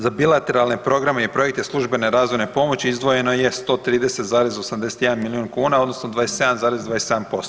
Za bilateralne programe i projekte službene razvojne pomoći izdvojeno je 130,81 milijun kuna odnosno 27,27%